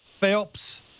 Phelps